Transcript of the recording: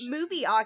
Movie